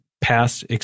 past